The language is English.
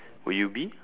will you be